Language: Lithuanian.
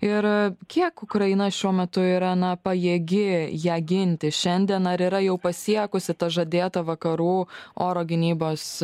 ir kiek ukraina šiuo metu yra na pajėgi ją ginti šiandien ar yra jau pasiekusi ta žadėta vakarų oro gynybos